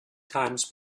times